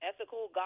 ethical